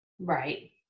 right